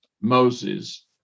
Moses